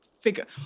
figure